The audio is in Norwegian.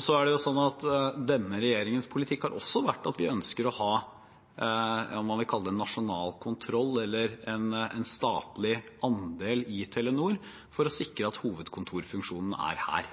Så er det sånn at denne regjeringens politikk også har vært at vi ønsker å ha – om man vil kalle det en nasjonal kontroll eller en statlig andel i Telenor for å sikre at hovedkontorfunksjonen er her.